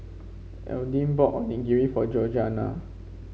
Alden bought Onigiri for Georgianna